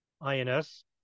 INS